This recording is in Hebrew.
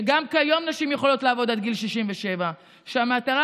שגם כיום נשים יכולות לעבוד עד גיל 67. שהמטרה